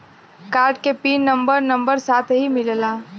Card के pin number number साथही मिला?